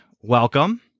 Welcome